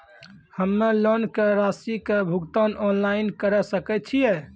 हम्मे लोन के रासि के भुगतान ऑनलाइन करे सकय छियै?